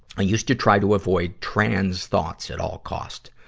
i used to try to avoid trans thoughts at all costs.